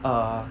err